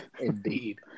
indeed